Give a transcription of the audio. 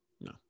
No